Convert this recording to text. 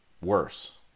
worse